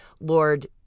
Lord